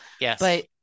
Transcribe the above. Yes